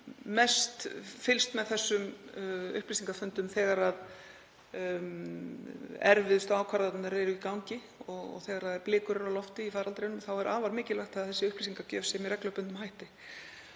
mest sé fylgst með þessum upplýsingafundum þegar erfiðustu ákvarðanirnar eru í gangi og þegar blikur eru á lofti í faraldrinum er afar mikilvægt að þessi upplýsingagjöf sé með reglubundnum hætti.